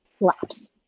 lapse